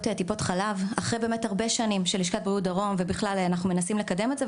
טיפות חלב אחרי הרבה שנים שלשכת בריאות דרום ואנחנו מנסים לקדם את זה,